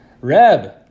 Reb